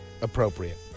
appropriate